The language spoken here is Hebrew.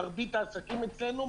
מרבית העסקים אצלנו,